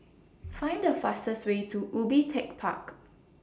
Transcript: Find The fastest Way to Ubi Tech Park